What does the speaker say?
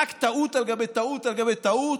רק טעות על גבי טעות על גבי טעות.